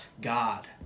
God